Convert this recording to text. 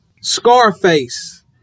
Scarface